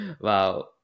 Wow